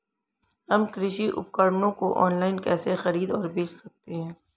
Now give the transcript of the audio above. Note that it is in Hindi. हम कृषि उपकरणों को ऑनलाइन कैसे खरीद और बेच सकते हैं?